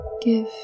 Give